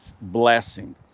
blessing